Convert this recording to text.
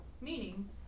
meaning